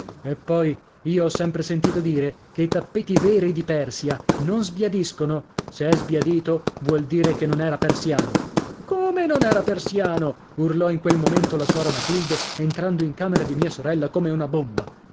e poi io ho sempre sentito dire che i tappeti veri di persia non sbiadiscono se è sbiadito vuol dire elle non era persiano come non era persiano urlò in quel momento la sora matilde entrando in camera di mia sorella come una bomba